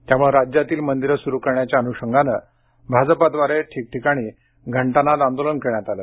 त्यामुळे राज्यातील मंदिरं सुरु करण्याच्या अनुषंगाने भाजपद्वारे ठिकठिकाणी घंटानाद आंदोलन करण्यात आलं